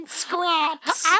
scraps